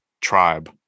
Tribe